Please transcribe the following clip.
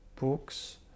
books